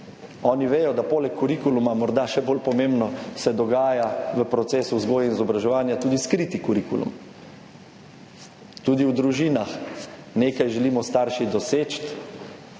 Oni vedo, da se poleg kurikuluma, morda še bolj pomembno, dogaja v procesu vzgoje in izobraževanja tudi skriti kurikulum. Tudi v družinah nekaj želimo starši doseči,